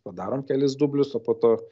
padarom kelis dublius o po to